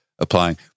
applying